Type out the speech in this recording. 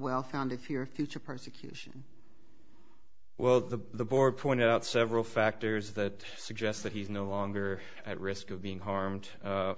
well founded fear of future persecution well the board pointed out several factors that suggest that he's no longer at risk of being harmed